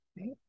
right